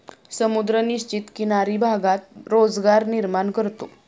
समुद्र निश्चित किनारी भागात रोजगार निर्माण करतो